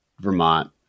Vermont